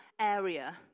area